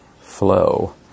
flow